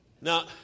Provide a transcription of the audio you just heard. Now